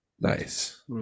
Nice